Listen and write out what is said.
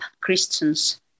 Christians